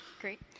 Great